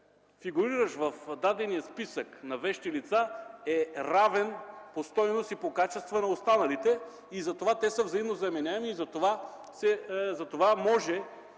фигуриращ в дадения списък на вещи лица, е равен по стойност и по качества на останалите. Затова те са взаимозаменяеми и могат да се